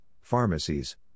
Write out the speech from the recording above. pharmacies